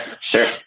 sure